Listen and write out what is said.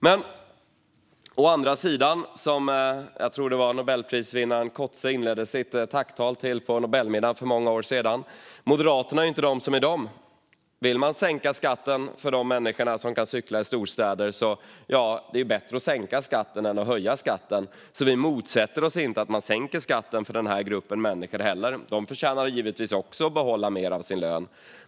Men å andra sidan är Moderaterna inte de som är de, som jag tror att nobelpristagaren Coetzee inledde sitt tacktal på Nobelmiddagen med för många år sedan. Vill man sänka skatten för de människor som kan cykla i storstäder är det ju bättre än att man höjer den. Vi motsätter oss alltså inte att man sänker skatten för den här gruppen människor. De förtjänar givetvis också att få behålla mer av sin lön.